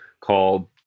called